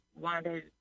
Wanted